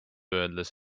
öeldes